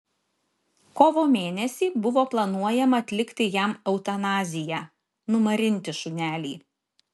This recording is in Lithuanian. kovo mėnesį buvo planuojama atlikti jam eutanaziją numarinti šunelį